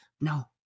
No